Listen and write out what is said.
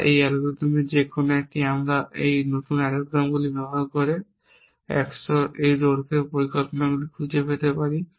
বা এই অ্যালগরিদমগুলির যে কোনও একটি আমরা এই নতুন অ্যালগরিদমগুলি ব্যবহার করে 100 এর দৈর্ঘ্যের পরিকল্পনাগুলি খুঁজে পেতে পারি